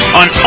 on